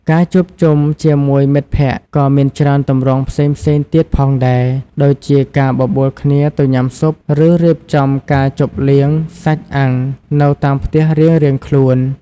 ការជួបជុំជាមួយមិត្តភក្តិក៏មានច្រើនទម្រង់ផ្សេងៗទៀតផងដែរ ដូចជាការបបួលគ្នាទៅញ៉ាំស៊ុប ឬរៀបចំការជប់លៀងសាច់អាំងនៅតាមផ្ទះរៀងៗខ្លួន។